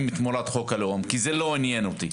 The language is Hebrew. תמורת חוק הלאום כי זה לא עניין אותי.